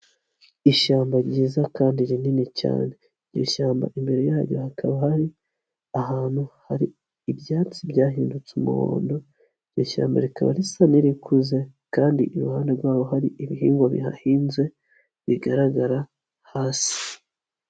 Ishyamba ryiza kandi rinini cyane. Iryo shyamba imbere yaryo hakaba hari ahantu hari ibyatsi byahindutse umuhondo, iryo shyamba rikaba risa n'irikuze kandi iruhande rwaho hari ibihingwa bihahinze bigaragara hasi.